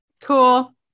Cool